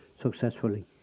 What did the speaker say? successfully